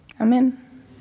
amen